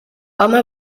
home